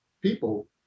people